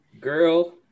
girl